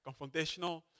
confrontational